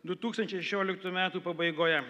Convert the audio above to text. du tūkstančiai šešioliktų metų pabaigoje